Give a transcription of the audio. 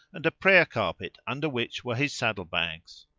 and a prayer-carpet under which were his saddle-bags.